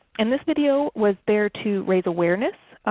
and this video was there to raise awareness,